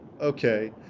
Okay